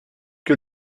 que